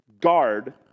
guard